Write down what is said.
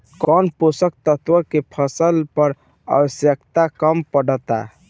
कौन पोषक तत्व के फसल पर आवशयक्ता कम पड़ता?